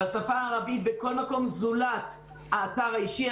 השפה הערבית היא בכל מקום זולת האתר האישי.